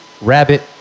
rabbit